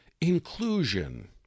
inclusion